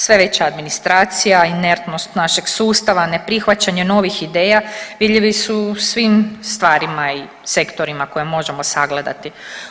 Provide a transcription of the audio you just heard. Sve veća administracija, inertnost našeg sustava, neprihvaćanje novih ideja vidljivi su u svim stvarima i sektorima koje možemo sagledati.